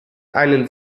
einen